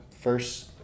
first